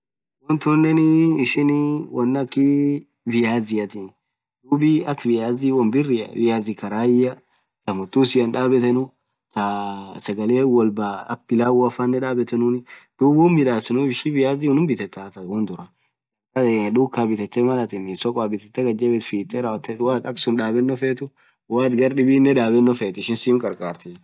Wonn tunen ishin wonn akhii viaziathi dhub akha viazi won birria viazi kharia tha muthusian dhabethenu thaa sagale wolba akha pilauafanen dhabethenuni dhub won midhasenuf ishi viazi unum bithetha thaa won dhura dhuka bithethe Mal atin soko bithethe ghad jebithu fithee rawothe woathi akhasun dhabeno fethu woathi garr dhibinen dhabeno feth ishii simm kharkharthiii